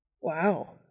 Wow